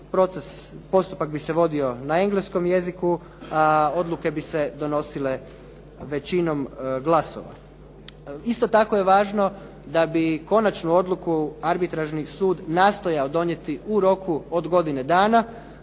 postupak bi se vodio na engleskom jeziku, a odluke bi se donosile većinom glasova. Isto tako je važno da bi konačnu odluku arbitražni sud nastojao donijeti u roku od godine dana.